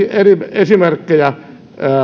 esimerkkejä